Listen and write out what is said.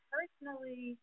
Personally